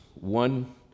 one